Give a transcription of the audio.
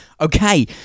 okay